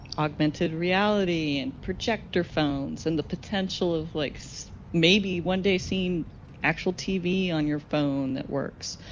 augmented reality and projector phones and the potential of like, so maybe, one day seeing actual tv on your phone networks.